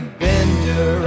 bender